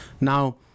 now